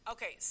Okay